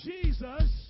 Jesus